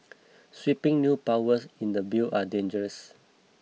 sweeping new powers in the bill are dangerous